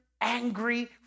angry